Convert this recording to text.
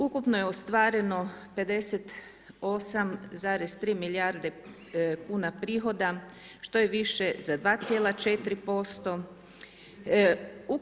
Ukupno je ostvareno 58,3 milijarde kuna prihoda, što je više za 2,4%